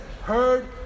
heard